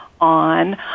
on